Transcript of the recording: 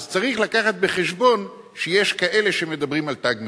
אז צריך לקחת בחשבון שיש כאלה שמדברים על "תג מחיר".